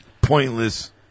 Pointless